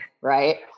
right